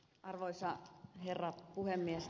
arvoisa herra puhemies